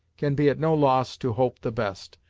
can be at no loss to hope the best,